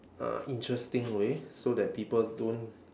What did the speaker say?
uh interesting way so that people don't